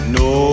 no